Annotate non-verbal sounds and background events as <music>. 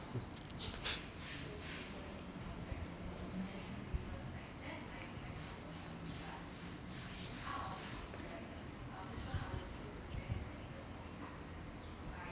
<laughs>